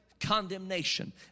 condemnation